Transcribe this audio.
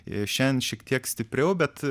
ir šian šiek tiek stipriau bet